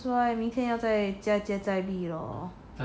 that's why 明天要再接再厉 lor